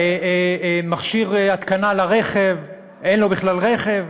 מכשיר התקנה לרכב, אין לו בכלל רכב.